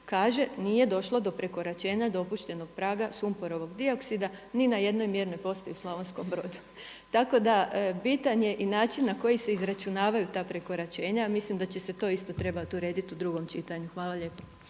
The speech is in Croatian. kaže nije došlo do prekoračenja dopuštenog praga sumporovog dioksida ni na jednoj mjernoj postaji u Slavonskom Brodu. Tako da bitan je i način na koji se izračunavaju ta prekoračenja. Mislim da će se to isto trebat uredit u drugom čitanju. Hvala.